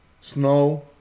snow